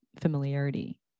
familiarity